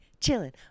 chilling